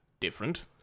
different